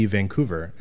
Vancouver